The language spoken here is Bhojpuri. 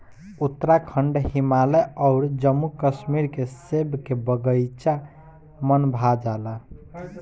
उत्तराखंड, हिमाचल अउर जम्मू कश्मीर के सेब के बगाइचा मन भा जाला